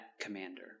commander